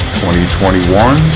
2021